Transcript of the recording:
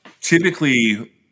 typically